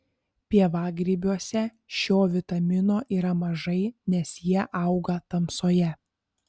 pievagrybiuose šio vitamino yra mažai nes jie auga tamsoje